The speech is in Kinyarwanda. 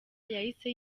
yahise